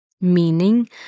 meaning